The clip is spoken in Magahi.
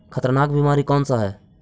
खतरनाक बीमारी कौन सा है?